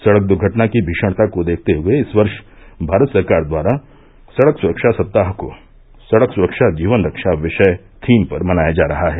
सड़क दुर्घटना की भीषणता को देखते हुए इस वर्ष भारत सरकार द्वारा सड़क सुरक्षा सप्ताह को सड़क सुरक्षा जीवन रक्षा विषय थीम पर मनाया जा रहा है